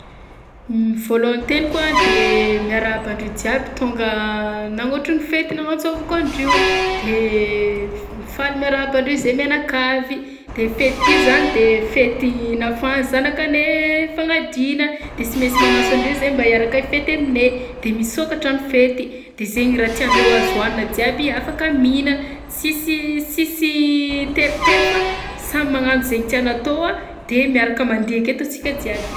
Voalohan-teniko a de miarahaba andrio jiaby tonga nagnotrona fety nagnantsôvako andrio! De f- faly miarahaba andre zahay mianakavy! De fety ty zany de fety nahafahan'zanakanay fagnadinana de sy mainsy magnantso andre zahay mba hiaraka hifety aminay de misokatra ny fety, de zaigny raha tiandreo azo hohanina jiaby afaka mihinana! Tsisy sisy teritery fa samy magnano zainy tiany atao a, de miaraka mandihy aketo ansika jiaby.